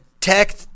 tech